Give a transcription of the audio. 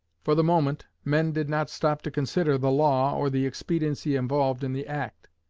for the moment, men did not stop to consider the law or the expediency involved in the act.